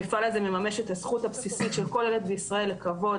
המפעל הזה ממש את הזכות הבסיסית של כל ילד בישראל לכבוד,